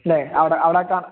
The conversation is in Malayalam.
ഇല്ലെ അവിടെ അവിടെ കാണ